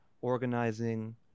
organizing